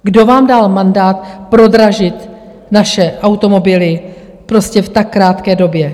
Kdo vám dal mandát prodražit naše automobily prostě v tak krátké době?